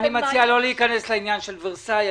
לא להיכנס לעניין של אולם ורסאי.